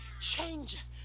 Change